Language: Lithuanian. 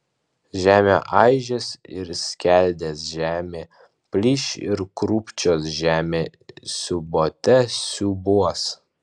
žemė aižės ir skeldės žemė plyš ir krūpčios žemė siūbuote siūbuos